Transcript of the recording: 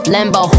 Lambo